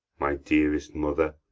my dearest mother,